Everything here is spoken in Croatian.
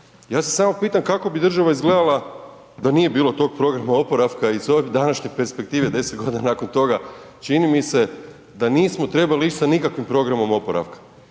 ja se samo pitam kako bu država izgledala da nije bilo tog programa oporavka iz ove današnje perspektive 10 g. nakon toga, čini mi se da nismo trebali ić sa nikakvim programom oporavka,